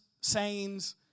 sayings